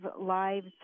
lives